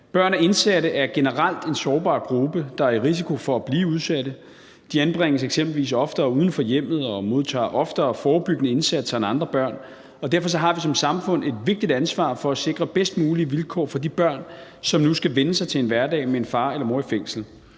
Børn af indsatte er generelt en sårbar gruppe, der er i risiko for at blive udsatte. De anbringes eksempelvis oftere uden for hjemmet og modtager oftere forebyggende indsatser end andre børn, og derfor har vi som samfund et vigtigt ansvar for at sikre bedst mulige vilkår for de børn, som nu skal vænne sig til en hverdag med en far eller mor i fængsel.